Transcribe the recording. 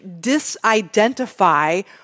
disidentify